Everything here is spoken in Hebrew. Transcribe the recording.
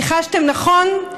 ניחשתם נכון: